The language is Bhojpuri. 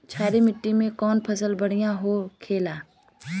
क्षारीय मिट्टी में कौन फसल बढ़ियां हो खेला?